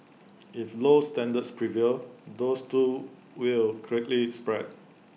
if low standards prevail those too will quickly spread